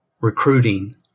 recruiting